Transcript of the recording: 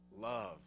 love